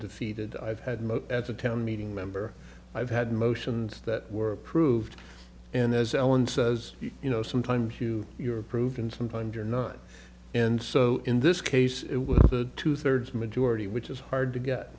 defeated i've had most at the town meeting member i've had motions that were approved and as alan says you know sometimes you you're proven sometimes you're not and so in this case it was a two thirds majority which is hard to get